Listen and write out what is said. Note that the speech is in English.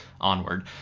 onward